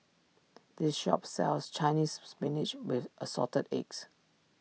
this shop sells Chinese Spinach with Assorted Eggs